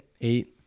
Eight